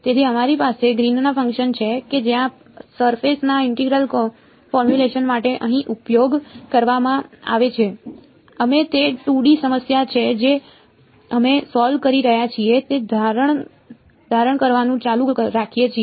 તેથી અમારી પાસે ગ્રીનનું ફંકશન છે કે જ્યાં સરફેસ ના ઇન્ટેગ્રલ ફોર્મ્યુલેશન માટે અહીં ઉપયોગ કરવામાં આવે છે અમે તે 2D સમસ્યા છે જે અમે સોલ્વ કરી રહ્યા છીએ તે ધારણ કરવાનું ચાલુ રાખીએ છીએ